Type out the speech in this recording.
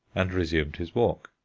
and resumed his walk.